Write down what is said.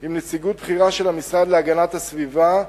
עם נציגות בכירה של המשרד להגנת הסביבה,